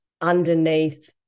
underneath